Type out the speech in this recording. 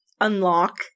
unlock